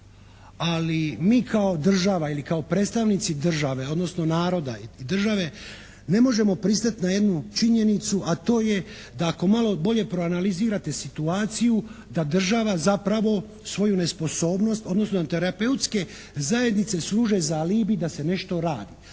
ali mi kao država ili kao predstavnici države, odnosno naroda i države, ne možemo pristati na jednu činjenicu, a to je da ako malo bolje proanalizirate situaciju da država zapravo svoju nesposobnost, odnosno terapeutske zajednice službe za alibi da se nešto radi.